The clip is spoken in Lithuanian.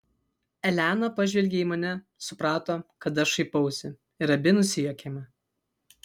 elena pažvelgė į mane suprato kad aš šaipausi ir abi nusijuokėme